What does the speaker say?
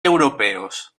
europeos